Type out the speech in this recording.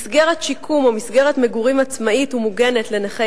מסגרת שיקום או מסגרת מגורים עצמאית ומוגנת לנכי